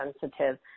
sensitive